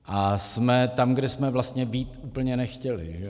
A jsme tam, kde jsme vlastně úplně být nechtěli.